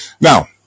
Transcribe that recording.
Now